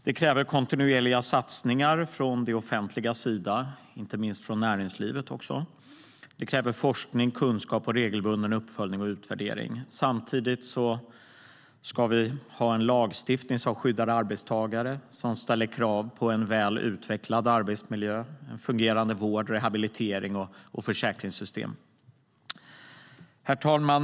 Det kräver kontinuerliga satsningar från det offentliga och inte minst från näringslivet. Det kräver forskning, kunskap och regelbunden uppföljning och utvärdering. Samtidigt ska vi ha lagstiftning som skyddar arbetstagare och som ställer krav på en väl utvecklad arbetsmiljö och en fungerande vård, rehabilitering och försäkringssystem.